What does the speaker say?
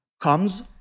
comes